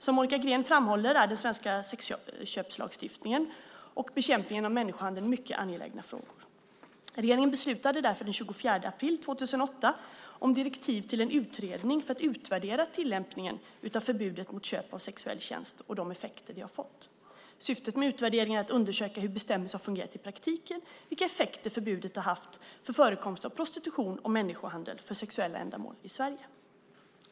Som Monica Green framhåller är den svenska sexköpslagstiftningen och bekämpningen av människohandel mycket angelägna frågor. Regeringen beslutade därför den 24 april 2008 om direktiv till en utredning för att utvärdera tillämpningen av förbudet mot köp av sexuell tjänst och de effekter förbudet har fått. Syftet med utvärderingen är att undersöka hur bestämmelsen fungerar i praktiken och vilka effekter förbudet har haft för förekomsten av prostitution och människohandel för sexuella ändamål i Sverige.